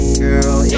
girl